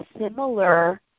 similar